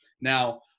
Now